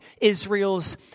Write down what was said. Israel's